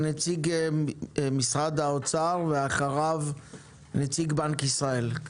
נציג משרד האוצר, ולאחריו נציג בנק ישראל.